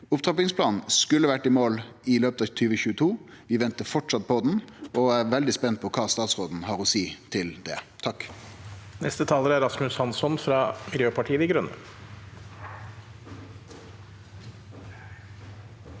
Opptrappingsplanen skulle ha vore i mål i løpet av 2022. Vi ventar framleis på han, og eg er veldig spent på kva statsråden har å seie til det. Rasmus